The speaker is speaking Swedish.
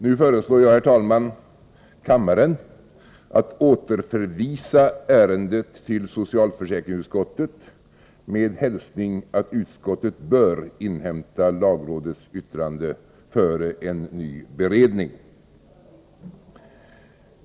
Nu föreslår jag, herr talman, kammaren att återförvisa ärendet till socialförsäkringsutskottet, med hälsning att utskottet bör inhämta lagrådets yttrande före en ny beredning.